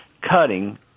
cutting